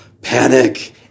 Panic